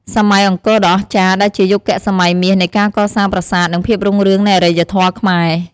សម័យអង្គរដ៏អស្ចារ្យ ដែលជាយុគសម័យមាសនៃការកសាងប្រាសាទ និងភាពរុងរឿងនៃអរិយធម៌ខ្មែរ។